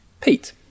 Pete